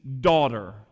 daughter